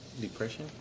Depression